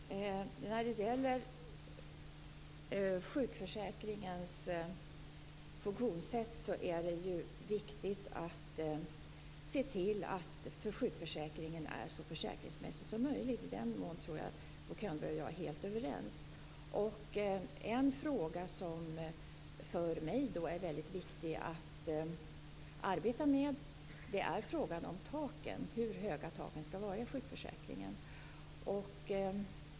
Herr talman! När det gäller sjukförsäkringens funktionssätt är det viktigt att se till att sjukförsäkringen är så försäkringsmässig som möjligt. I det avseendet tror jag att Bo Könberg och jag är helt överens. En fråga som för mig är väldigt viktig att arbeta med är hur höga taken skall vara i sjukförsäkringen.